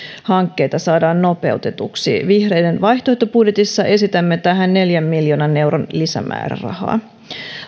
hankkeita saadaan nopeutetuksi vihreiden vaihtoehtobudjetissa esitämme tähän neljän miljoonan euron lisämäärärahaa